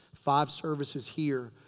five services here.